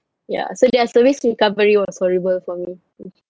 ya so their service recovery was horrible for me hmm